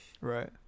Right